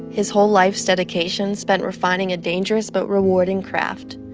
his whole life's dedication spent refining a dangerous but rewarding craft.